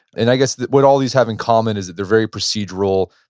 and i guess what all of these have in common is that they're very procedural.